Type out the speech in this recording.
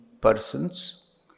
persons